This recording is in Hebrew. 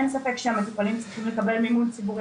אין ספק שהמטופלים צריכים לקבל מימון ציבורי